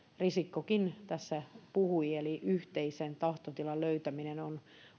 risikkokin tässä puhui eli yhteisen tahtotilan löytäminen on